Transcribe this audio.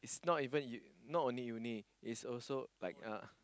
not even you not only uni is also like uh